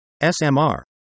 SMR